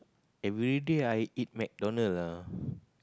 everyday I eat McDonald ah